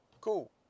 Cool